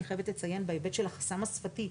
אני חייבת לציין שגם בהיבט של החסם השפתי.